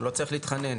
הוא לא צריך להתחנן.